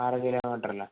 ആറ് കിലോമീറ്ററല്ലെ